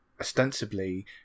ostensibly